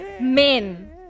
men